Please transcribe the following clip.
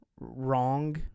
wrong